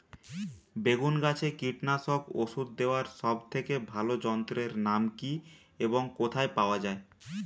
বেগুন গাছে কীটনাশক ওষুধ দেওয়ার সব থেকে ভালো যন্ত্রের নাম কি এবং কোথায় পাওয়া যায়?